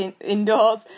indoors